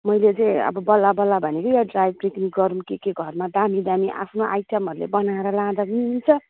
मैले चाहिँ अब बल्ल बल्ल भनेको यो ड्राई पिक्निक गरौँ कि के घरमा दामी दामी आफ्नो आइटमहरूले बनाएर लाँदा पनि हुन्छ